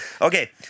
Okay